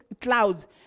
clouds